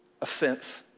offense